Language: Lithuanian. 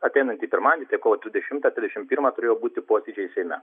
ateinantį pirmadienį tai kovo trisdešimtą trisdešim pirmą turėjo būti pokyčiai seime